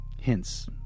Hence